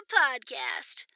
podcast